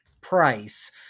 price